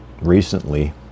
Recently